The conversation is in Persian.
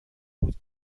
بود